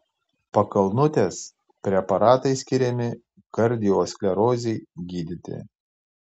pakalnutės preparatai skiriami kardiosklerozei gydyti